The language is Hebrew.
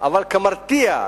אבל מרתיע.